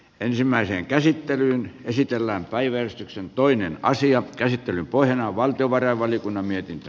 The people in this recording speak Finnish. ensimmäiseen käsittelyyn käsitellään päivystyksen toinen asian käsittelyn pohjana on valtiovarainvaliokunnan mietintö